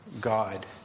God